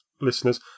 listeners